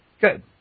Good